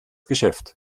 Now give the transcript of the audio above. geschäft